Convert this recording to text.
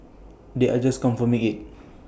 they are just confirming IT